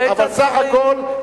אבל בסך הכול,